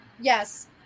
yes